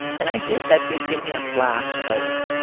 and i did that did give me a flash of,